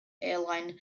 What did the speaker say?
airline